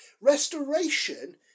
Restoration